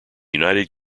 united